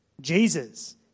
Jesus